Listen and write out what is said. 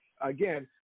again